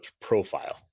profile